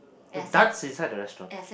we dance inside the restaurant